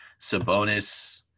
Sabonis